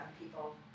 people